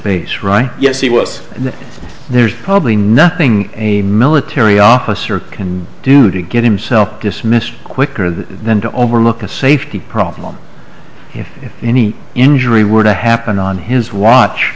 page right yes he was and there's probably nothing a military officer can do to get himself dismissed quicker than to overlook a safety problem any injury were to happen on his watch